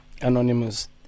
Anonymous